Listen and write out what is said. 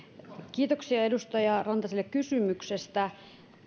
kiitoksia edustaja rantaselle kysymyksestä